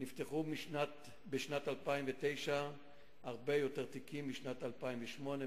נפתחו בשנת 2009 הרבה יותר תיקים מאשר בשנת 2008,